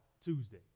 Tuesday